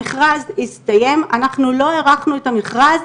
המכרז הסתיים, אנחנו לא הארכנו את המכרז,